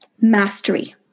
mastery